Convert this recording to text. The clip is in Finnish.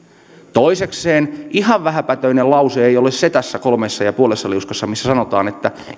toisekseen ihan vähäpätöinen lause ei ole tässä kolmessa ja puolessa liuskassa se missä sanotaan että